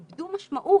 איבדו משמעות.